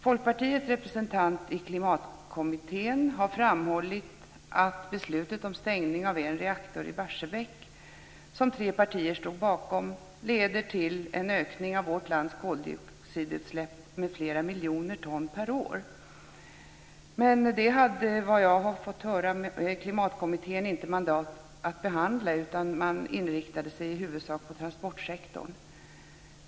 Folkpartiets representant i Klimatkommittén har framhållit att beslutet om stängning av en reaktor i Barsebäck, som tre partier stod bakom, leder till en ökning av vårt lands koldioxidutsläpp med flera miljoner ton per år. Men detta hade, såvitt jag har fått höra, Klimatkommittén inte mandat att behandla, utan man inriktade sig i huvudsak på transportsektorn.